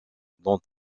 dont